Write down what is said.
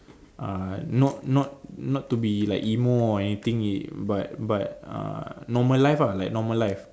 uh not not not to be like emo or anything if but but uh normal life lah like normal life